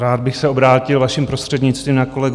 Rád bych se obrátil, vaším prostřednictvím, na kolegu Nachera.